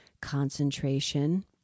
concentration